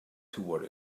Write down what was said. toward